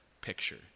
picture